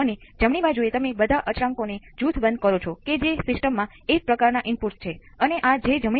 આમ તે સમયે તે હતું V s R C 1 d v s d t